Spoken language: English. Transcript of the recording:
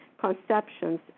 conceptions